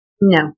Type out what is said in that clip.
No